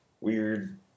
weird